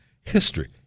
History